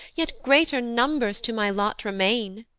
yet greater numbers to my lot remain.